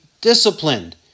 disciplined